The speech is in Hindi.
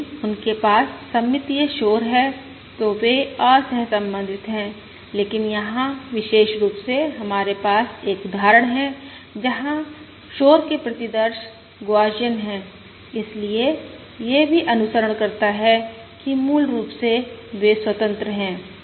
यदि उनके पास सममितीय शोर है तो वे असहसंबंधित हैं लेकिन यहां विशेष रूप से हमारे पास एक उदाहरण है जहां शोर के प्रतिदर्श गौसियन हैं इसलिए यह भी अनुसरण करता है कि मूल रूप से वे स्वतंत्र हैं